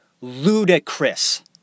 ludicrous